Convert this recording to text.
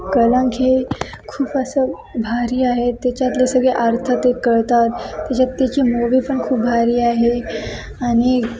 कलंक हे खूप असं भारी आहे त्याच्यातले सगळे अर्थ ते कळतात त्याच्यात त्याची मूव्ही पण खूप भारी आहे आणि